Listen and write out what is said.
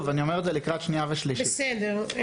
אני אומר את זה לקראת קריאה שנייה ושלישית.